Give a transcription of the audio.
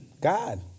God